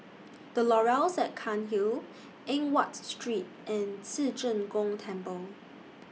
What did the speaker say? The Laurels At Cairnhill Eng Watt Street and Ci Zheng Gong Temple